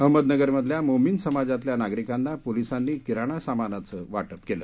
अहमदनगरमधल्या मोमीन समाजातल्या नागरिकांना पोलिसांनी किराणा सामानाचं वाटप केल